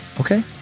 Okay